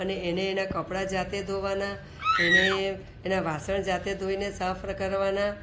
અને એને એનાં કપડાં જાતે ધોવાનાં એને એનાં વાસણ જાતે ધોઈને સાફ કરવાનાં